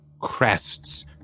crests